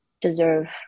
deserve